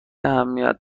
اهمیت